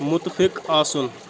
مُتفِق آسُن